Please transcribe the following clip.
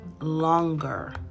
longer